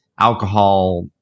alcohol